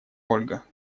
ольга